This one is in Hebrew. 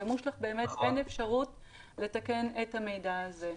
במושל"כ באמת אין אפשרות לתקן את המידע הזה.